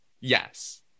Yes